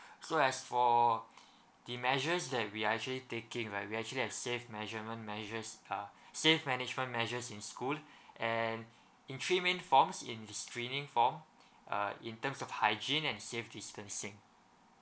so as for the measures that we are actually taking right we're actually have safe measurement measures uh safe management measures in school and in three main forms in restraining form uh in terms of hygiene and safe distancing